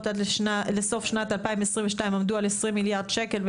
עד לסוף שנת 2022 עמדו על 20 מיליארד שקל,